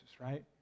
right